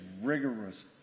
rigorous